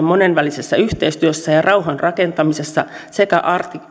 monenvälisessä yhteistyössä ja rauhan rakentamisessa sekä